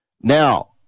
Now